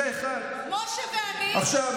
זה, 1. משה ואני עשינו את זה ודרעי הסכים.